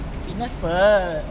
Fitness First